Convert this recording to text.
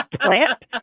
plant